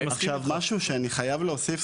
עכשיו, משהו שאני חייב להוסיף.